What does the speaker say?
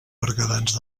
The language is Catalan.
berguedans